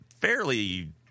fairly